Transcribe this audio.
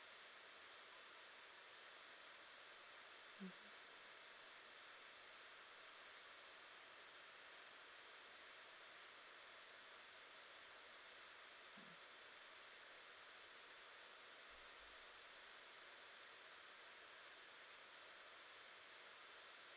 mmhmm mmhmm